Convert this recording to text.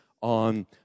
on